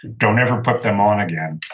don't ever put them on again.